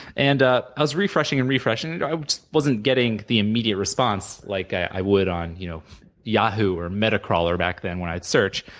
and ah i was refreshing and refreshing. and i wasn't getting the immediate response like i would on you know yahoo, or metacrawler, back then, when i'd search,